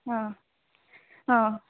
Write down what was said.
ಹಾಂ ಹಾಂ